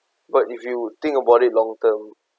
but if you think about it long term